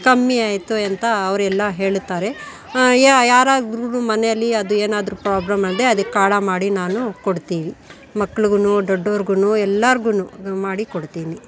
ಕಮ್ಮಿ ಆಯಿತು ಎಂತ ಅವರೆಲ್ಲ ಹೇಳ್ತಾರೆ ಯಾ ಯಾರಾದರೂ ಮನೇಲಿ ಅದು ಏನಾದರೂ ಪ್ರೊಬ್ಲಮ್ ಅಂದರೆ ಅದಕ್ಕೆ ಕಾಢಾ ಮಾಡಿ ನಾನು ಕೊಡ್ತೀನಿ ಮಕ್ಳಗು ದೊಡ್ಡವರ್ಗುನು ಎಲ್ಲಾರ್ಗು ಮಾಡಿ ಕೊಡ್ತೀನಿ